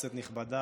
כנסת נכבדה,